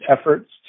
efforts